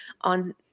on